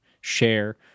share